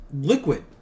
liquid